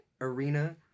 arena